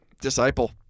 disciple